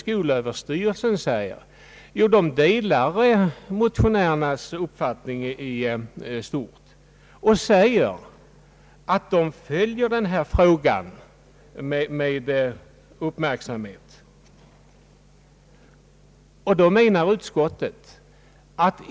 Skolöverstyrelsen delar i stort motionärernas uppfattning och följer denna fråga med uppmärksamhet.